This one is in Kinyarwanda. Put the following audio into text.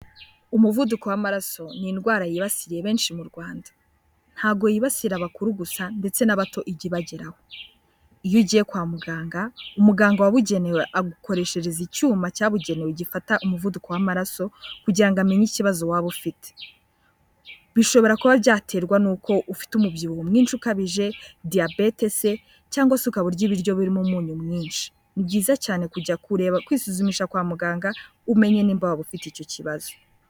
Umuvuduko w'amaraso ni indwara yibasiye benshi mu Rwanda. Ntabwo yibasira abakuru gusa ndetse n'abato ijya ibageraho. Iyo ugiye kwa muganga, umuganga wabugenewe agukoreshereza icyuma cyabugenewe gifata umuvuduko w'amaraso kugira amenye ikibazo waba ufite. Bishobora kuba byaterwa n'uko ufite umubyibuho mwinshi ukabije, diyabete se cyangwa se ukaba urya ibiryo birimo umunyu mwinshi. Ni byiza cyane kujya kureba kwisuzumisha kwa muganga, umenye niba waba ufite icyo kibazo.